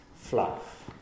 fluff